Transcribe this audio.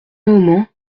moment